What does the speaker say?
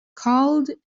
cold